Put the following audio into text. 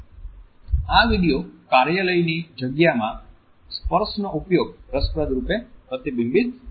આ વિડિયો કાર્યાલય ની જગ્યામાં સ્પર્શનો ઉપયોગ રસપ્રદ રૂપે પ્રતિબિંબિત કરે છે